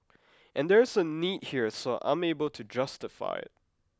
and there is a need here so I'm able to justify it